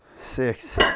six